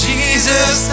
Jesus